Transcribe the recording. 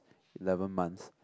eleven months